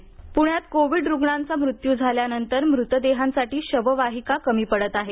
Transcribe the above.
शववाहिका पुण्यात कोविड रुग्णांचा मृत्यू झाल्यानंतर मृतदेहांसाठी शववाहिका कमी पडत आहेत